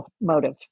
motive